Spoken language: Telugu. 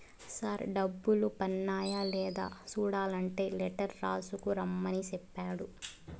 సార్ డబ్బులు పన్నాయ లేదా సూడలంటే లెటర్ రాసుకు రమ్మని సెప్పాడు